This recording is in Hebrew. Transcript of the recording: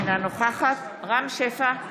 אינה נוכחת רם שפע,